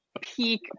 peak